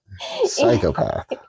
Psychopath